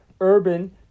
Urban